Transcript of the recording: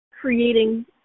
creating